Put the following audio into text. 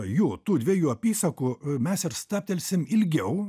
jų tų dviejų apysakų mes ir stabtelsim ilgiau